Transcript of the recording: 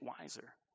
wiser